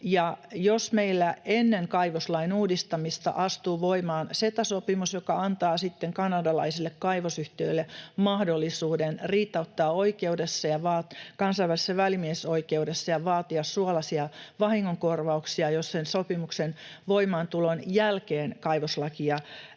Jos meillä ennen kaivoslain uudistamista astuu voimaan CETA-sopimus, joka antaa sitten kanadalaisille kaivosyhtiöille mahdollisuuden riitauttaa asia kansainvälisessä välimiesoikeudessa ja vaatia suolaisia vahingonkorvauksia, jos sopimuksen voimaantulon jälkeen kaivoslakia